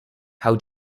how